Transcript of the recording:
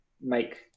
make